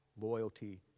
loyalty